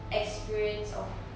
experience of